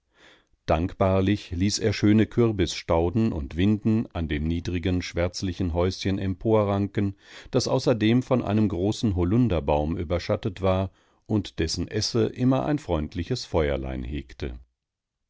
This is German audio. ließ er schöne kürbisstauden und winden an dem niedrigen schwärzlichen häuschen emporranken das außerdem von einem großen holunderbaum überschattet war und dessen esse immer ein freundliches feuerlein hegte